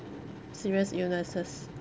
serious illnesses